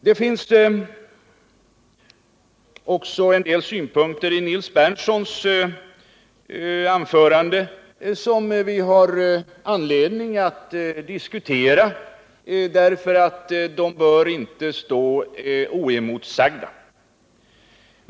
Det var också vissa synpunkter i Nils Berndtsons anförande som vi har anledning att diskutera, därför att de inte bör stå oemotsagda.